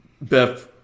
Beth